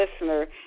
listener